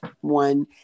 one